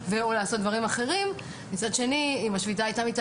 ראובן פרי ראש חטיבת ההשכלה הגבוהה בהסתדרות אריאל